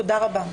תודה רבה.